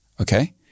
okay